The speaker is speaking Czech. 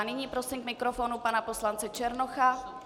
Nyní prosím k mikrofonu pana poslance Černocha.